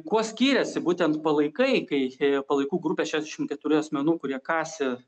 kuo skyrėsi būtent palaikai kai palaikų grupės šešiasdešim keturių asmenų kurie kasė